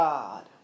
God